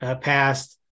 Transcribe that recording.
passed